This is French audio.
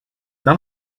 dans